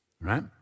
right